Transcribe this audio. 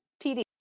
PD